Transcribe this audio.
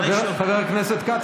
חבר הכנסת כץ,